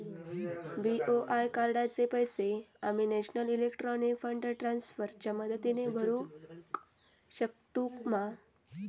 BOI कार्डाचे पैसे आम्ही नेशनल इलेक्ट्रॉनिक फंड ट्रान्स्फर च्या मदतीने भरुक शकतू मा?